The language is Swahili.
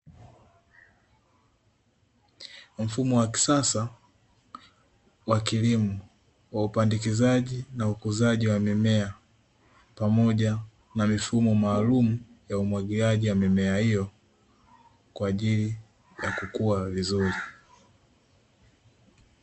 Mfumo wa kisasa wa kilimo wa upandikizaji na ukuzaji wa mimea. Pamoja na mifumo maalumu ya umwagiliaji wa mimea hiyo kwa ajili ya kukua vizuri.